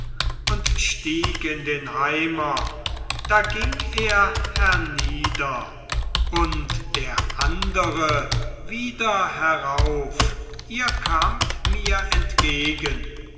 und stieg in den eimer da ging er hernieder und der andere wieder herauf ihr kamt mir entgegen